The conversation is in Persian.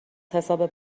حساب